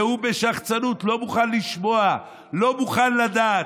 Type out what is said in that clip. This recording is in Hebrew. והוא בשחצנות לא מוכן לשמוע, לא מוכן לדעת.